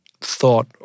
thought